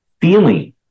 feeling